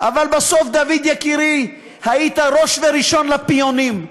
אבל בסוף, דוד יקירי, היית ראש וראשון לפיונים.